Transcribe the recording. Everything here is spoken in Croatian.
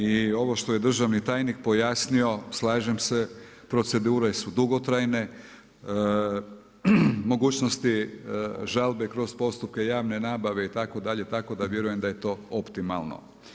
I ovo što je državni tajnik pojasnio, slažem se, procedure su dugotrajne, mogućnosti žalbe kroz postupke javne nabave itd., tako da vjerujem da je to optimalno.